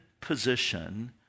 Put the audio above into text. position